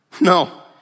No